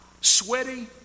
sweaty